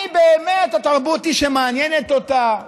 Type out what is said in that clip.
האם באמת התרבות היא שמעניינת אותה?